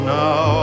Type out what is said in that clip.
now